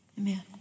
Amen